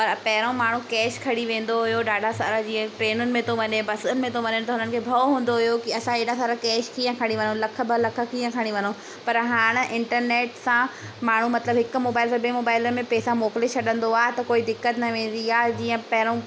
और पहिरियों माण्हू कैश खणी वेंदो हुओ ॾाढा सारा जीअं ट्रेनुनि में थो वञे बसुनि में थो वञे त उन्हनि खे बहो हूंदो हुयो कि असां हेॾा सारा कैश कीअं खणी लख ॿ लख कीअं खणी वञूं पर हाणे इंटरनेट सां माण्हू मतिलबु हिकु मोबाइल सां ॿिए मोबाइल में पैसा मोकिले छॾिंदो आहे त कोई दिक़त न वेंदी आहे जीअं पहिरियों